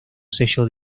sello